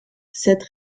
cette